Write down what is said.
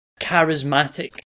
charismatic